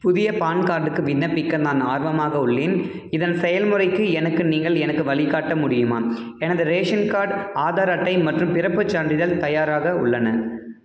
புதிய பான் கார்டுக்கு விண்ணப்பிக்க நான் ஆர்வமாக உள்ளேன் இதன் செயல்முறைக்கு எனக்கு நீங்கள் எனக்கு வழிகாட்ட முடியுமா எனது ரேஷன் கார்ட் ஆதார் அட்டை மற்றும் பிறப்புச் சான்றிதழ் தயாராக உள்ளன